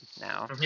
now